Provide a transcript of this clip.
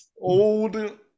old